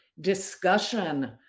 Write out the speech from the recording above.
discussion